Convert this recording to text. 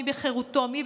מי בחירותו ומי,